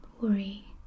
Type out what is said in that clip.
Worry